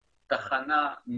תחנה,